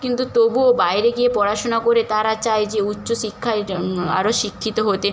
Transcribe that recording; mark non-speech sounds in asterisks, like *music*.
কিন্তু তবুও বাইরে গিয়ে পড়াশুনা করে তারা চায় যে উচ্চশিক্ষায় *unintelligible* আরও শিক্ষিত হতে